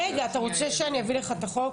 רגע, אתה רוצה שאני אביא לך את החוק?